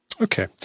Okay